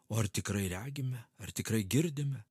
o ar tikrai regime ar tikrai girdime